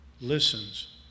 listens